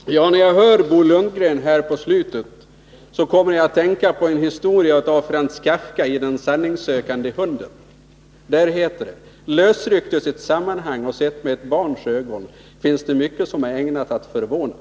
Fru talman! När jag hör Bo Lundgren kommer jag att tänka på en historia i Den sanningssökande hunden av Franz Kafka. Där heter det: Lösryckt ur sitt sammanhang och sett med ett barns ögon finns det mycket som är ägnat att förvåna.